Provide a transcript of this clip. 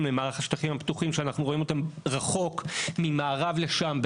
למערך השטחים הפתוחים שאנחנו רואים אותם רחוק ממערב לשם,